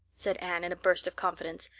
said anne in a burst of confidence,